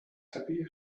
happy